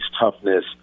toughness